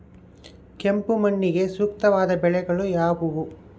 ಕೆಂಪು ಮಣ್ಣಿಗೆ ಸೂಕ್ತವಾದ ಬೆಳೆಗಳು ಯಾವುವು?